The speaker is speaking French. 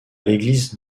l’église